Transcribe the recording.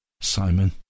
Simon